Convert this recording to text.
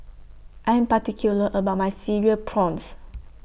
I Am particular about My Cereal Prawns